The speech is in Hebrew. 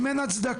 אם אין הצדקה,